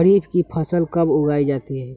खरीफ की फसल कब उगाई जाती है?